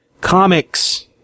Comics